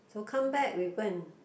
so come back we go and